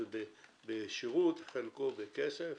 חלקו בכסף.